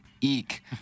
Eek